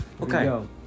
okay